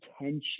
attention